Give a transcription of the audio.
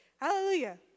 Hallelujah